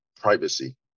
privacy